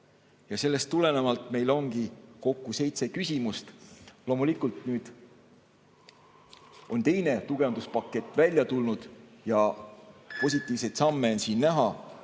Sellest tulenevalt on meil kokku seitse küsimust. Loomulikult on nüüd teine tugevduspakett välja tulnud ja positiivseid samme on näha,